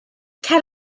cer